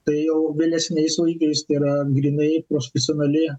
tai jau vėlesniais laikais tai yra grynai profesionali